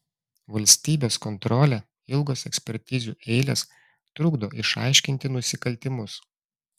valstybės kontrolė ilgos ekspertizių eilės trukdo išaiškinti nusikaltimus